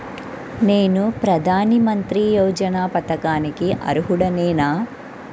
నేను ప్రధాని మంత్రి యోజన పథకానికి అర్హుడ నేన?